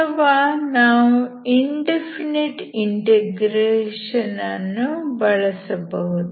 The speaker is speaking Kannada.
ಅಥವಾ ನಾವು ಇಂಡೆಫಿನೆಟ್ ಇಂಟಿಗ್ರೇಷನ್ ಅನ್ನು ಬಳಸಬಹುದು